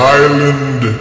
island